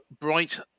Bright